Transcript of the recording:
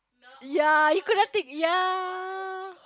ya you could have take ya